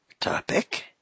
topic